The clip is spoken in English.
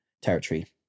territory